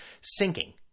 sinking